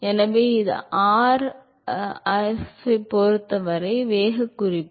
எனவே இது r ஐப் பொறுத்த வரையில் உள்ள வேக விவரக்குறிப்பு